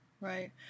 right